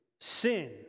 sin